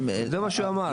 זה מה שהוא אמר.